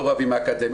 לא רב עם האקדמיה,